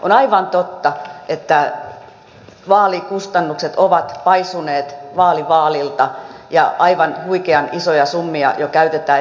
on aivan totta että vaalikustannukset ovat paisuneet vaali vaalilta ja aivan huikean isoja summia jo käytetään